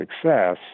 success